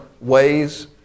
ways